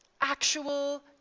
actual